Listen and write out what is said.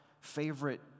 favorite